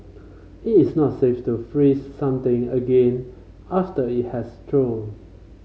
it is not safe to freeze something again after it has thawed